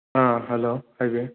ꯑꯥ hello ꯍꯥꯏꯕꯤꯌꯨ